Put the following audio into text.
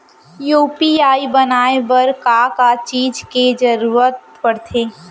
UPI बनाए बर का का चीज के जरवत पड़थे?